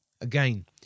Again